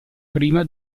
prima